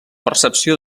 percepció